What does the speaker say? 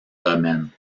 domaine